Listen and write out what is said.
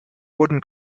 wooden